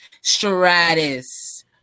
Stratus